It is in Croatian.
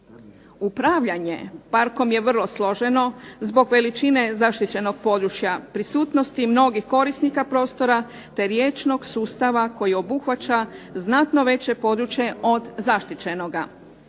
Upravljanje Parkom je vrlo složeno zbog veličine zaštićenog područja prisutnosti mnogih korisnika prostora te riječnog sustava koji obuhvaća znatno veće područje od zaštićenoga.